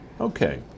Okay